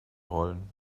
rollen